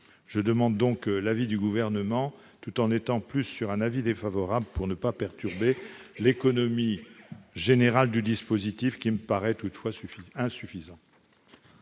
Je demande donc l'avis du Gouvernement, tout en émettant plutôt un avis défavorable pour ne pas perturber l'économie générale du dispositif qui me paraît toutefois insuffisant.